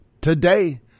today